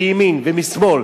מימין ומשמאל,